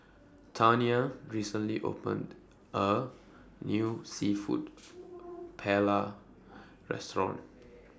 Taniya recently opened A New Seafood Paella Restaurant